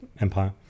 empire